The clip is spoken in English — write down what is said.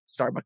Starbucks